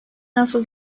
nasıl